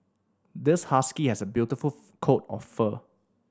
this husky has a beautiful coat of fur